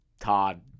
Todd